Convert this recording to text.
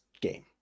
game